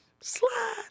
Slide